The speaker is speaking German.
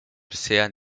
bisher